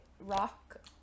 rock